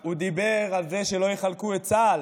הוא דיבר על זה שלא יחלקו את צה"ל,